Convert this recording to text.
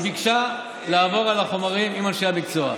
היא ביקשה לעבור על החומרים עם אנשי המקצוע.